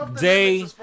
Day